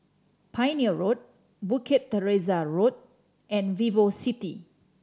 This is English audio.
Pioneer Road Bukit Teresa Road and VivoCity